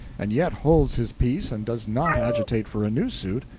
and yet holds his peace and does not agitate for a new suit,